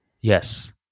Yes